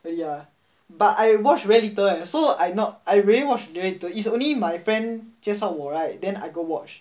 really ah but I watch very little eh so I not I really watch very little is only my friend 介绍我 right then I go watch